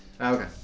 okay